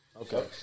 Okay